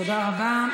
תודה רבה.